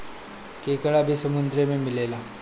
केकड़ा भी समुन्द्र में मिलेला